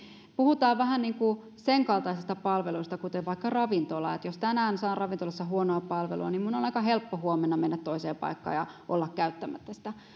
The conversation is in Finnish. puhutaan vähän niin kuin senkaltaisista palveluista kuten vaikka ravintola että jos tänään saan ravintolassa huonoa palvelua niin minun on aika helppo huomenna mennä toiseen paikkaan ja olla käyttämättä sitä